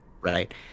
right